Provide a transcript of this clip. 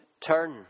turn